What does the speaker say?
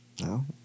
No